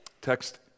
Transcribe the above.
text